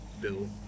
Bill